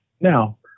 Now